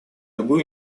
любую